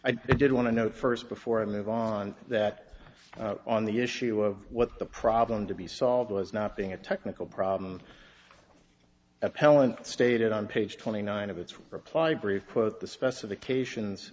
i did want to know first before i move on that on the issue of what the problem to be solved was not being a technical problem appellant stated on page twenty nine of its reply brief put the specifications